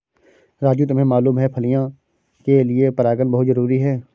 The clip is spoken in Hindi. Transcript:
राजू तुम्हें मालूम है फलियां के लिए परागन बहुत जरूरी है